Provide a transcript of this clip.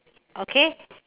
okay